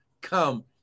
come